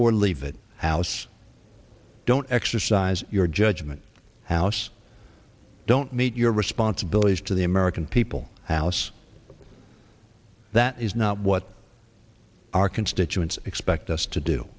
or leave it house don't exercise your judgment house don't meet your responsibilities to the american people alice that is not what our constituents expect us to do